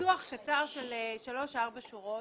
ניסוח קצר של שלוש ארבע שורות,